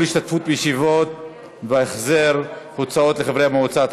השתתפות בישיבות והחזר הוצאות לחברי מועצה),